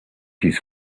his